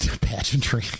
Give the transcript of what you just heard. Pageantry